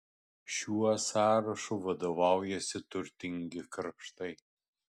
šiuo sąrašu vadovaujasi turtingi kraštai